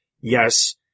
yes